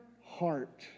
heart